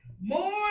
More